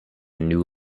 new